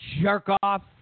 Jerk-off